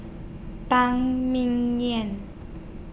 Phan Ming Yen